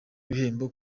ibihembo